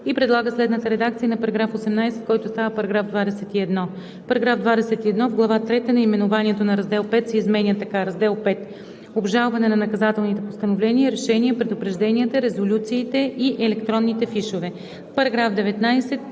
и предлага следната редакция на § 18, който става § 21: „§ 21. В глава трета наименованието на раздел V се изменя така: „Раздел V – Обжалване на наказателните постановления, решения, предупрежденията, резолюциите и електронните фишове“. По § 19